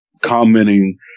commenting